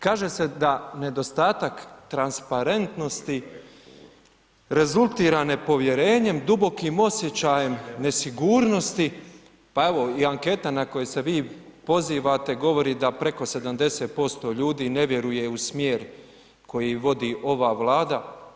Kaže se da nedostatak transparentnosti rezultira nepovjerenjem dubokim osjećajem nesigurnosti, pa evo i anketa na koju se vi pozivate, govori da preko 70% ljudi ne vjeruje u smjer koji vodi ova vlada.